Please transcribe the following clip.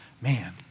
Man